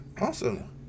awesome